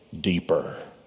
deeper